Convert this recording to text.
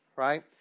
Right